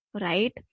Right